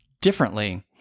differently